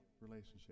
relationship